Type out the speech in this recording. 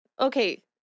Okay